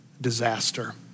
disaster